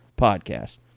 podcast